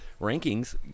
rankings